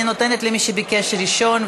אני נותנת למי שביקש ראשון,